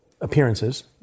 appearances